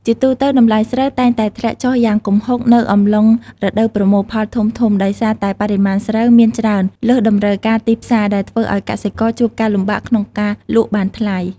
ជាទូទៅ តម្លៃស្រូវតែងតែធ្លាក់ចុះយ៉ាងគំហុកនៅអំឡុងរដូវប្រមូលផលធំៗ ដោយសារតែបរិមាណស្រូវមានច្រើនលើសតម្រូវការទីផ្សារ ដែលធ្វើឲ្យកសិករជួបការលំបាកក្នុងការលក់បានថ្លៃ។